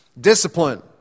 discipline